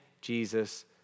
Jesus